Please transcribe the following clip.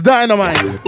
Dynamite